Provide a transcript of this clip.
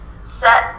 set